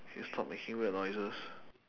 can you stop making weird noises